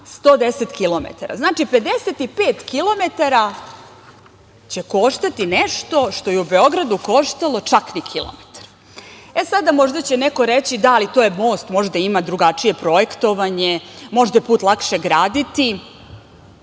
110 kilometara. Znači 55 kilometara će koštati nešto što je u Beogradu koštalo čak ni kilometar.E, sada, možda će neko reći: "Da, ali to je most, možda ima drugačije projektovanje, možda je put lakše graditi",